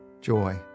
joy